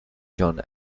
john